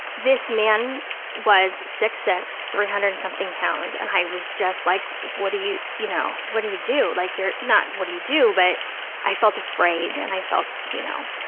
this man was six-six, three hundred something pounds, and i was just like, what are you, you know, what do you do? like you're, not what do you do, but i felt afraid and i felt, you know,